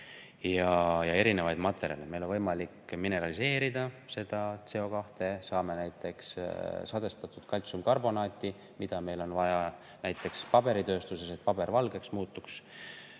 ja erinevaid materjale – meil on võimalik mineraliseerida seda CO2, saame näiteks sadestatud kaltsiumkarbonaati, mida meil on vaja näiteks paberitööstuses, et paber valgeks muutuks.